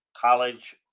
college